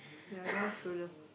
ya I don't have shoulder